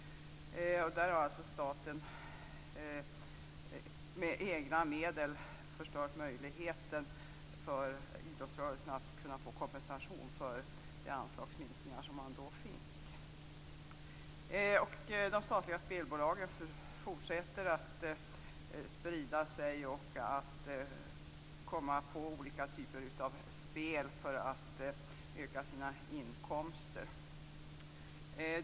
Staten har alltså med egna medel förstört idrottsrörelsens möjlighet att få kompensation för sina anslagsminskningar. De statliga spelbolagen fortsätter att sprida sig och att komma på olika typer av spel för att öka sina inkomster.